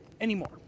anymore